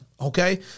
okay